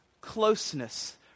closeness